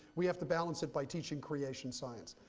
we have to balance it by teaching creation science.